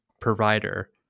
provider